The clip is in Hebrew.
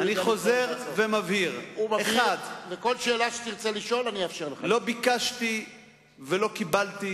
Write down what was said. לא ביקשתי ולא קיבלתי